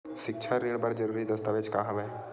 सिक्छा ऋण बर जरूरी दस्तावेज का हवय?